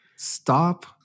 stop